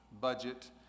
budget